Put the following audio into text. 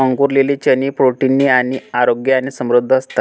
अंकुरलेले चणे प्रोटीन ने आणि आरोग्याने समृद्ध असतात